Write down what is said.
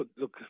look